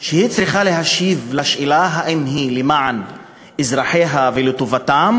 שהיא צריכה להשיב לשאלה האם היא למען אזרחיה ולטובתם